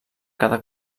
cada